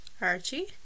Archie